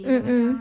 mm mm